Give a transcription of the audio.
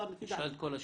נשאל את כל השאלות.